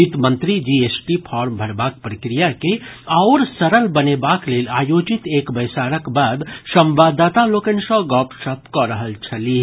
वित्त मंत्री GST form भरबाक प्रक्रिया के आओर सरल बनेबाक लेल आयोजित एक बैसारक बाद संवाददाता लोकनि सँ गपशप कऽ रहल छलीह